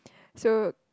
so